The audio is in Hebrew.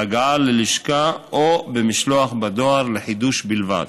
בהגעה ללשכה או במשלוח בדואר לחידוש בלבד.